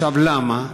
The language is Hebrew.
למה?